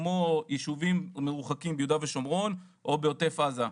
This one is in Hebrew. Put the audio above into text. כמו יישובים מרוחקים ביהודה ושומרון או בעוטף עזה.